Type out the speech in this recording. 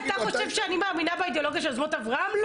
אתה חושב שאני מאמינה באידיאולוגיה של יוזמות אברהם?